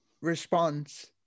response